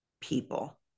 people